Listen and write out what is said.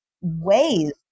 ways